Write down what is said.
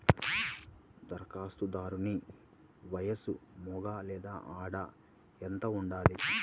ధరఖాస్తుదారుని వయస్సు మగ లేదా ఆడ ఎంత ఉండాలి?